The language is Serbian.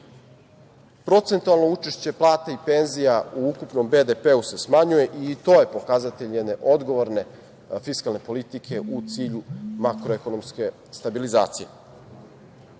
vojske. Procentualno učešće plate i penzija u ukupnom BDP se smanjuje, i to je pokazatelj jedne odgovorne fiskalne politike u cilju makroekonomske stabilizacije. Ovim